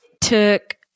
took